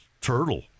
turtle